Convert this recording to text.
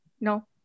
No